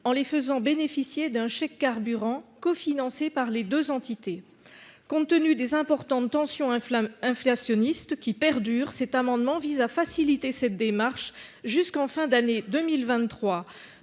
en les faisant bénéficier d'un chèque carburant cofinancé par les deux entités. Compte tenu des importantes tensions inflationnistes qui perdurent, cet amendement vise à faciliter cette démarche jusqu'à la fin de l'année 2023.